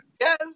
Yes